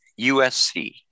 USC